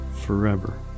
forever